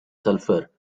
sulfur